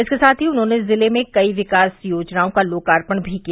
इसके साथ ही उन्होंने जिले में कई विकास योजनाओं का लोकार्पण भी किया